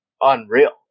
unreal